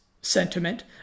sentiment